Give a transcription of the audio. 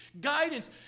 guidance